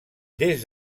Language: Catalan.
des